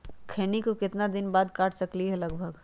खैनी को कितना दिन बाद काट सकलिये है लगभग?